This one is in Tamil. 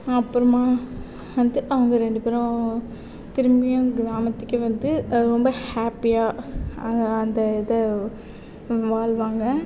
அப்புறமா வந்து அவங்க ரெண்டு பேரும் திரும்பியும் கிராமத்துக்கே வந்து ஹாப்பியாக அந்த இதை வாழ்வாங்க